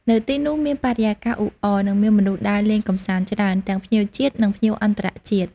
នៅទីនោះមានបរិយាកាសអ៊ូអរ និងមានមនុស្សដើរលេងកម្សាន្តច្រើន ទាំងភ្ញៀវជាតិ និងភ្ញៀវអន្តរជាតិ។